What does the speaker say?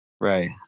Right